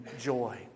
joy